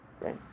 right